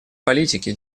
политики